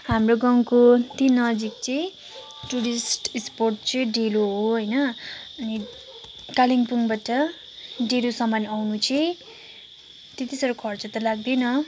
हाम्रो गाउँको त्यहीँ नजिक चाहिँ टुरिस्ट स्पट चाहिँ डेलो हो होइन अनि कालिम्पोङबाट डेलोसम्म आउनु चाहिँ त्यति साह्रो खर्च त लाग्दैन